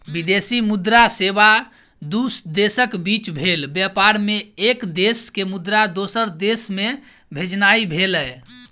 विदेशी मुद्रा सेवा दू देशक बीच भेल व्यापार मे एक देश के मुद्रा दोसर देश मे भेजनाइ भेलै